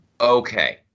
Okay